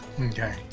Okay